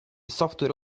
software